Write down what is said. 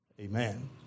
Amen